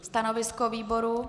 Stanovisko výboru?